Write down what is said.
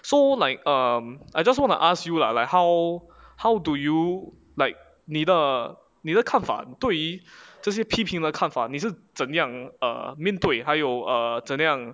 so like um I just want to ask you lah like how how do you like 你的你的看法对于这些批评的看法你是怎样 err 面对还有 err 这么样